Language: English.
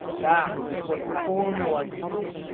that's what the formula uses.